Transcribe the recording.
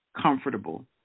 comfortable